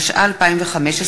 התשע"ה 2015,